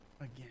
again